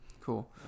Cool